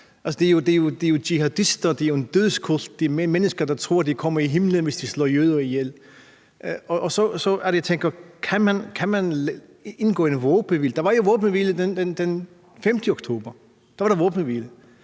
det er jo jihadister, og det er en dødskult. Det er mennesker, der tror, de kommer i himlen, hvis de slår jøder ihjel. Og så er det, jeg tænker: Kan man indgå en våbenhvile? Der var jo våbenhvile den 5. oktober. Der var der våbenhvile.